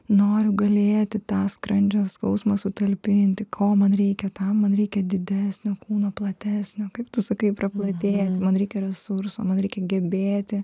noriu galėti tą skrandžio skausmą sutalpinti ko man reikia tam man reikia didesnio kūno platesnio kaip tu sakai praplatėt man reikia resursų man reikia gebėti